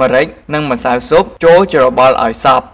ម្រេច និងម្សៅស៊ុបចូលច្របល់ឱ្យសព្វ។